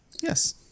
Yes